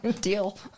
deal